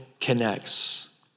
connects